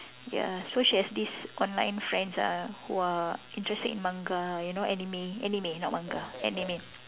ya so she has these online friends ah who are interested in Manga you know anime anime not Manga anime